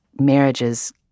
marriages